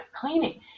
cleaning